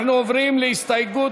אנחנו עוברים להסתייגות